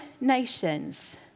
nations